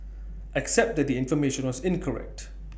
except that the information was incorrect